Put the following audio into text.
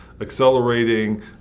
accelerating